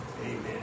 Amen